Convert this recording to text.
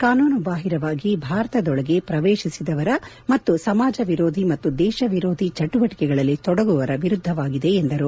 ಕಾನೂನು ಬಾಹಿರವಾಗಿ ಭಾರತದೊಳಗೆ ಪ್ರವೇಶಿಸಿದವರ ಮತ್ತು ಸಮಾಜ ವಿರೋಧಿ ಮತ್ತು ದೇಶ ವಿರೋಧಿ ಚಟುವಟಿಕೆಗಳಲ್ಲಿ ತೊಡಗುವವರ ವಿರುದ್ದವಾಗಿದೆ ಎಂದರು